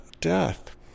death